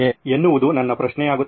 ಎನ್ನುವುದು ನನ್ನ ಪ್ರಶ್ನೆಯಾಗುತ್ತದೆ